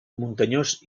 muntanyós